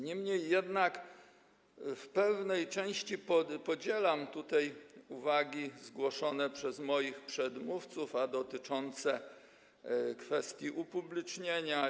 Niemniej jednak w pewnej części podzielam uwagi zgłoszone przez moich przedmówców, dotyczące kwestii upublicznienia.